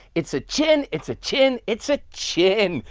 it's a chin, it's a chin, it's a chin.